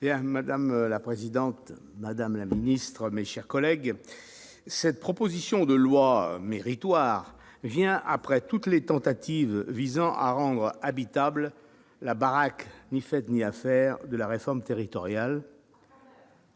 Madame la présidente, madame la ministre, mes chers collègues, cette proposition de loi méritoire vient après toutes les tentatives visant à rendre habitable la « baraque », ni faite ni à faire, de la réforme territoriale,